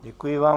Děkuji vám.